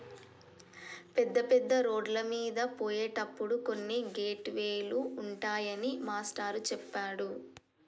పెద్ద పెద్ద రోడ్లమీద పోయేటప్పుడు కొన్ని గేట్ వే లు ఉంటాయని మాస్టారు చెప్పారు